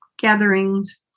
gatherings